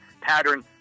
pattern